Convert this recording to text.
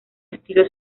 estilo